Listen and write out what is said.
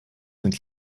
sind